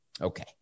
Okay